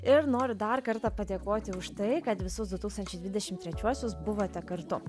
ir noriu dar kartą padėkoti už tai kad visus du tūkstančiai dvidešim trečiuosius buvote kartu